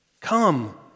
Come